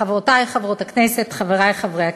חברותי חברות הכנסת, חברי חברי הכנסת,